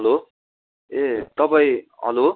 hello ए तपाईँ hello